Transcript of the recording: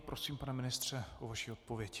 Prosím, pane ministře, o vaši odpověď.